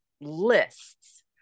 lists